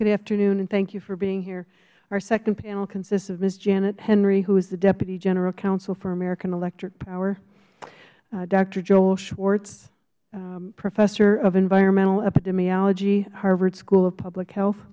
good afternoon thank you for being here our second panel consists of ms hjanet henry who is the deputy general counsel for american electric power doctor joel schwartz professor of environmental epidemiology harvard school of public health